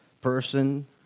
person